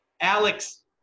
Alex